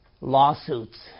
Lawsuits